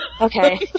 Okay